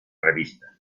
revista